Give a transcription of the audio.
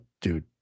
dude